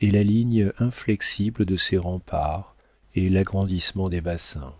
et la ligne inflexible de ses remparts et l'agrandissement des bassins